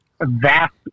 vast